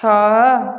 ଛଅ